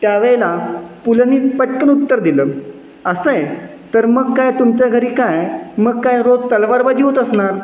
त्यावेळेला पुलंनी पटकन उत्तर दिलं असं आहे तर मग काय तुमच्या घरी काय मग काय रोज तलवारबाजी होत असणार